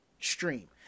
stream